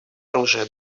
оружия